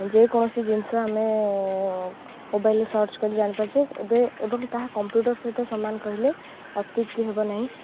ଯେକୌଣସି ଜିନିଷ ଆମେ ମୋବାଇଲ୍ରେ ସର୍ଚ୍ଚ କରି ଜାଣିପାରୁଛେ ଏବେ ଏବଂ ତାହା କମ୍ପ୍ୟୁଟର ସହିତ ସମାନ କହିଲେ ଅତ୍ୟୁକ୍ତି ହେବ ନାହିଁ